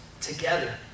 together